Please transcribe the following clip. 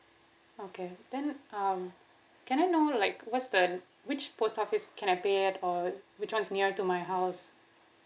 okay then um can I know like what's the which post office can I pay at all which one is near to my house